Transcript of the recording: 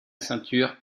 ceinture